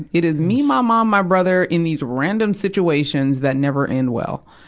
it is me, my mom, my brother, in these random situations that never end well.